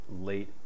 late